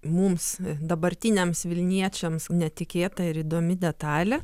mums dabartiniams vilniečiams netikėta ir įdomi detalė